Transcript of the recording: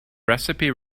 recipe